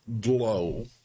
glow